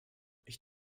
ich